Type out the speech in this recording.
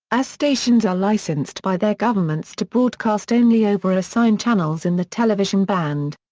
as stations are licensed by their governments to broadcast only over assigned channels in the television band.